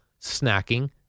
snacking